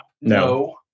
No